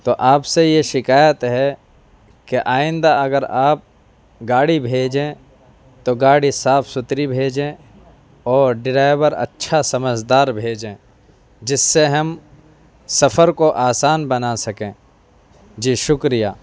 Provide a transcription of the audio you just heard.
تو آپ سے یہ شکایت ہے کہ آئندہ اگر آپ گاڑی بھیجیں تو گاڑی صاف ستھری بھیجیں اور ڈرائیور اچھا سمجھدار بھیجیں جس سے ہم سفر کو آسان بنا سکیں جی شکریہ